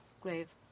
grave